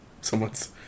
Someone's